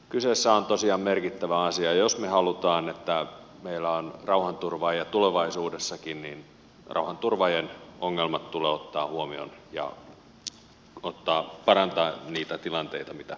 kyseessä on tosiaan merkittävä asia ja jos me haluamme että meillä on rauhanturvaajia tulevaisuudessakin rauhanturvaajien ongelmat tulee ottaa huomioon ja parantaa niitä ongelmia mitä sieltä tulee